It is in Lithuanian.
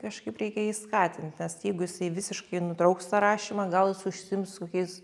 kažkaip reikia jį skatint nes jeigu jisai visiškai nutrauks tą rašymą gal jis užsiims kokiais